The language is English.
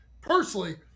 personally